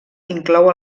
inclou